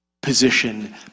Position